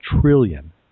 trillion